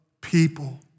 people